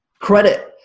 credit